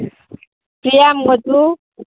केया मगो तूं